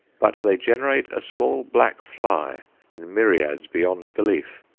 but they generate a small black fly in myriads beyond belief,